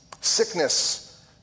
sickness